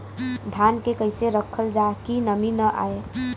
धान के कइसे रखल जाकि नमी न आए?